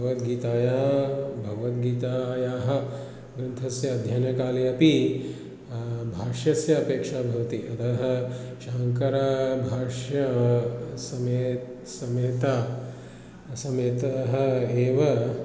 भगवद्गीतायाः भगवद्गीतायाः ग्रन्थस्य अध्ययनकाले अपि भाष्यस्य अपेक्षा भवति अतः शाङ्करभाष्यसमेतः समेतः समेतः एव